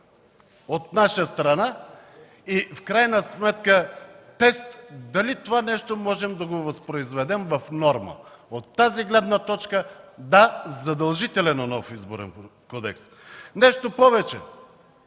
от наша страна и в крайна сметка дали това нещо можем да го възпроизведем в норма. От тази гледна точка – да, задължителен е нов Изборен кодекс. Нещо повече,